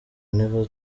never